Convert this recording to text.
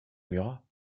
murat